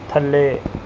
ਥੱਲੇ